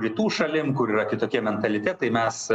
rytų šalim kur yra kitokie mentalitetai mes